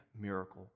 miracle